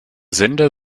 sender